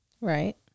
Right